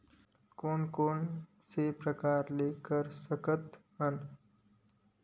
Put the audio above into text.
कोन कोन से प्रकार ले कर सकत हन?